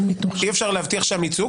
אי אפשר להבטיח ייצוג.